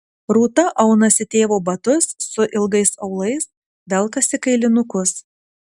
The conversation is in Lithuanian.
rūta aunasi tėvo batus su ilgais aulais velkasi kailinukus